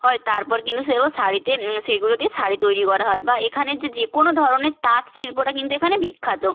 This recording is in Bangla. হয় তারপর কিন্তু সেগুলো শাড়িতে সেগুলো দিয়ে শাড়ি তৈরি করা হয় বা এখানের যে যে কোনও ধরনের তাঁত শিল্পটা কিন্তু এখানে বিখ্যাত